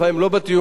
לפעמים לא בתיאום,